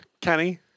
Kenny